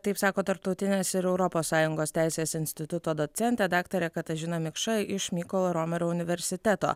taip sako tarptautinės ir europos sąjungos teisės instituto docentė daktarė katažina mikša iš mykolo romerio universiteto